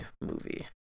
movie